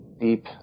deep